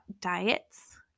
diets